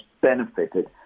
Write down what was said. benefited